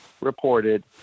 reported